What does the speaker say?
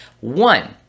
One